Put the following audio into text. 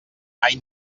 mai